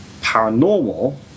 paranormal